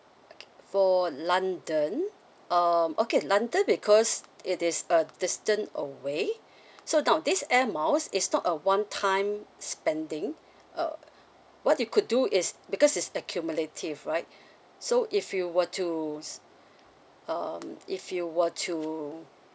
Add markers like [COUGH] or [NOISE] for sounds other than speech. okay for london um okay london because it is a distant away [BREATH] so now this air miles is not a one time spending uh what you could do is because it's accumulative right [BREATH] so if you were to s~ um if you were to